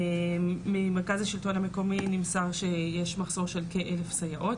ממרכז השלטון המקומי נמסר שיש מחסור של כאלף סייעות,